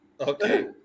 Okay